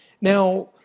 Now